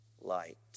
Light